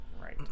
Right